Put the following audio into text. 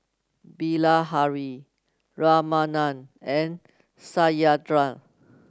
Bilahari Ramanand and Satyendra